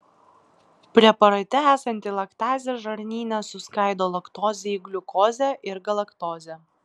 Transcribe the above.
preparate esanti laktazė žarnyne suskaido laktozę į gliukozę ir galaktozę